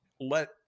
let